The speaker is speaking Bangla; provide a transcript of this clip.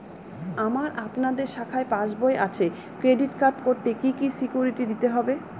আমার আপনাদের শাখায় পাসবই আছে ক্রেডিট কার্ড করতে কি কি সিকিউরিটি দিতে হবে?